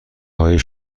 های